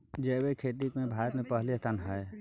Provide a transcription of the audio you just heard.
जैविक खेती में भारत के पहिला स्थान हय